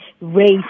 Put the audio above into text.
race